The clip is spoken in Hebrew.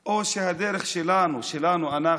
שלנו, אנחנו,